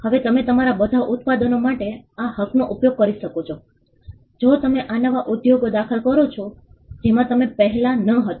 હવે તમે તમારા બધા ઉત્પાદનો માટે આ હકનો ઉપયોગ કરી શકો છો જો તમે આ નવા ઉદ્યોગો દાખલ કરો છો જેમાં તમે પહેલાં ન હતા